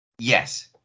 Yes